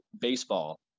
baseball